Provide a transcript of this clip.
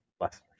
less